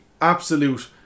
absolute